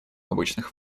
обычных